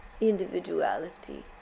individuality